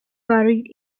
buried